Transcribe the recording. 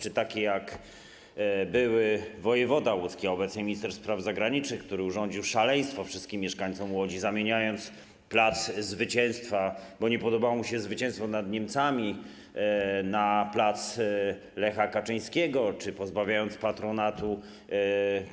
Czy takie, jak były wojewoda łódzki, a obecnie minister spraw zagranicznych, który urządził szaleństwo wszystkim mieszkańcom Łodzi, zamieniając nazwę: plac Zwycięstwa, bo nie podobało mu się zwycięstwo nad Niemcami, na plac Lecha Kaczyńskiego, czy pozbawiając patronatu